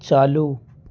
چالو